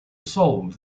sold